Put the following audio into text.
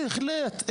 בהחלט,